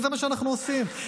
וזה מה שאנחנו עושים.